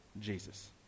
jesus